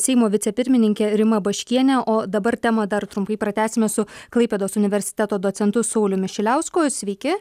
seimo vicepirmininke rima baškiene o dabar temą dar trumpai pratęsime su klaipėdos universiteto docentu sauliumi šiliausku sveiki